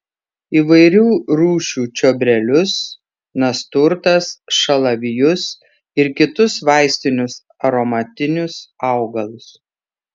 įvairių rūšių čiobrelius nasturtas šalavijus ir kitus vaistinius aromatinius augalus